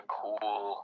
cool